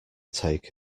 take